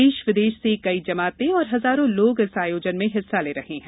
देश विदेश से कई जमातें और हजारों लोग इस आयोजन में हिस्सा ले रहे हैं